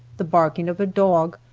the barking of a dog,